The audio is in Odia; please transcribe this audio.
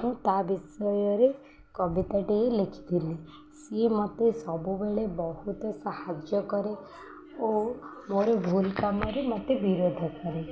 ମୁଁ ତା ବିଷୟରେ କବିତାଟିଏ ଲେଖିଥିଲି ସିଏ ମତେ ସବୁବେଳେ ବହୁତ ସାହାଯ୍ୟ କରେ ଓ ମୋର ଭୁଲ୍ କାମରେ ମତେ ବିରୋଧ କରେ